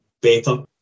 better